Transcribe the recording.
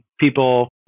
people